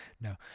No